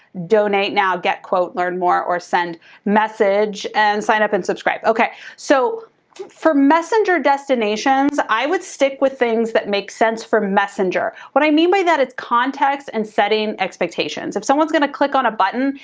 donate now, get quote, learn more or send message, and sign up and subscribe. okay. so for messenger destinations, i would stick with things that make sense for messenger. what i mean by that, it's context and setting expectations. if someone's gonna click on a button,